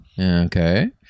Okay